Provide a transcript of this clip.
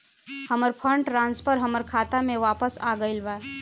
हमर fund transfer हमर खाता में वापस आ गईल बा